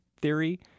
theory